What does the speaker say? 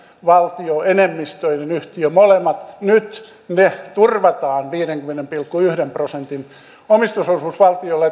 valtioenemmistöinen yhtiö molemmat ovat nyt ne turvataan viidenkymmenen pilkku yhden prosentin omistusosuus valtiolle